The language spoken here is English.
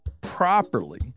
properly